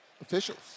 officials